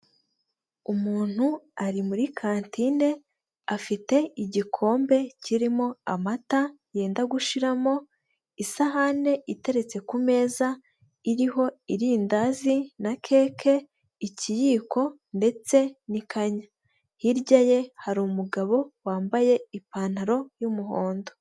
Umuntu ari muri kantine afite igikombe kirimo amata yenda gushiramo, isahani iteretse ku meza iriho irindazi na keke, ikiyiko ndetse n'ikanya, hirya ye hari umugabo wambaye ipantaro y'umuhondo.